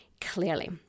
clearly